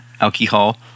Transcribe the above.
alcohol